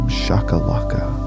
shakalaka